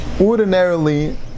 ordinarily